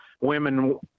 women